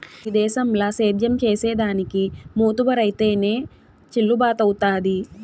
ఈ దేశంల సేద్యం చేసిదానికి మోతుబరైతేనె చెల్లుబతవ్వుతాది